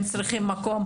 הם צריכים מקום,